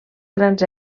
grans